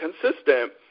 consistent